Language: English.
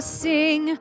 sing